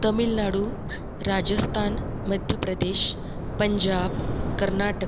Tamil Nadu Rajasthan Madhya Pradesh Punjab Karnataka